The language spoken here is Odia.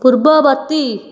ପୂର୍ବବର୍ତ୍ତୀ